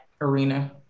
arena